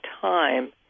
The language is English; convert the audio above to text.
time